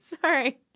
Sorry